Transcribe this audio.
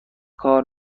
کار